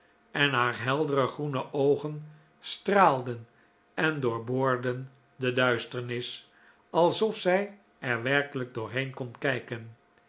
en haar heldere groene oogen straalden en doorboorden de duisternis alsof zij er werkelijk doorheen kon kijken